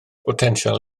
botensial